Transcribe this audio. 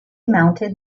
mounted